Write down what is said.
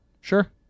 sure